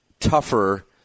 Tougher